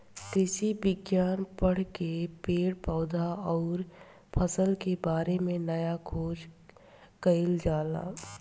कृषि विज्ञान पढ़ के पेड़ पौधा अउरी फसल के बारे में नया खोज कईल जाला